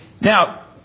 Now